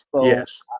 Yes